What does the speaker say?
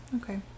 okay